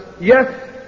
Yes